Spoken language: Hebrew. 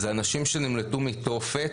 זה אנשים שנמלטו מתופת.